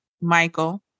Michael